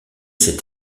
ces